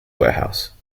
warehouse